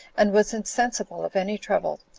and was insensible of any trouble,